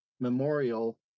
memorial